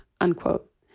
unquote